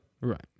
right